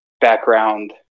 Background